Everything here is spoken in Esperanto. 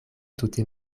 tute